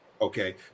Okay